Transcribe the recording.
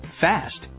fast